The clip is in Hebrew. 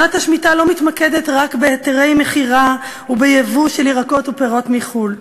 שנת השמיטה לא מתמקדת רק בהיתרי מכירה ובייבוא של ירקות ופירות מחו"ל,